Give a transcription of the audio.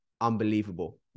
unbelievable